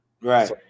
Right